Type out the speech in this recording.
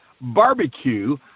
barbecue